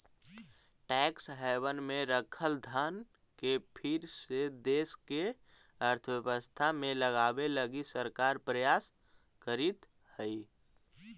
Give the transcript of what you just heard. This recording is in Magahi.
टैक्स हैवन में रखल धन के फिर से देश के अर्थव्यवस्था में लावे लगी सरकार प्रयास करीतऽ हई